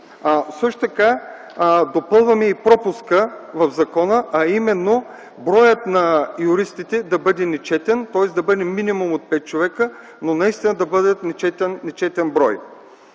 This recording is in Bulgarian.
юрист. Допълваме и пропуска в закона, а именно броят на юристите да бъде нечетен, тоест да бъде минимум от пет човека, но да бъде нечетен брой.